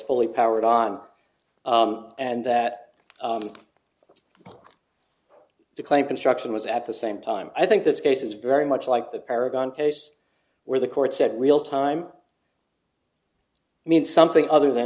fully powered on and that the claim construction was at the same time i think this case is very much like the paragon case where the court said real time means something other than